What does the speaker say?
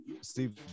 Steve